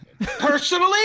Personally